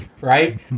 right